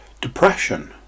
depression